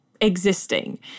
existing